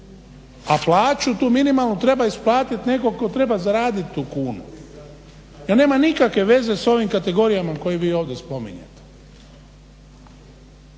A plaću tu minimalnu treba isplatiti neko ko treba zaraditi tu kunu. Nema nikakve veze s ovim kategorijama koje vi ovdje spominjete